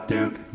Duke